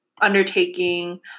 undertaking